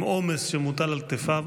עם עומס שמוטל על כתפיו.